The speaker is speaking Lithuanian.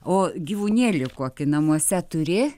o gyvūnėlį kokį namuose turi